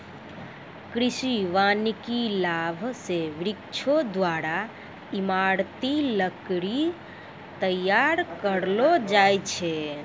कृषि वानिकी लाभ से वृक्षो द्वारा ईमारती लकड़ी तैयार करलो जाय छै